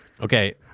Okay